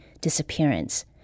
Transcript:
disappearance